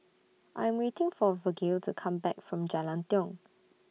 I'm waiting For Vergil to Come Back from Jalan Tiong